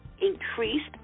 increased